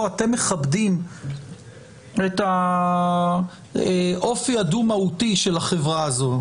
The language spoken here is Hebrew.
אתם מכבדים את האופי הדו מהותי של החברה הזאת,